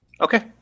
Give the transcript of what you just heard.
Okay